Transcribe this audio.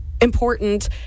important